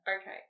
okay